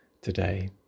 today